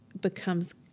becomes